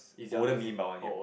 older me by one year